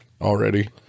Already